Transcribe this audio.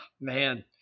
man